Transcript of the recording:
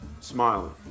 smiling